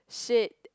shit